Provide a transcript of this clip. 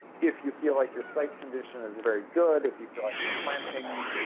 if you feel like your site condition is very good, if you feel like your planting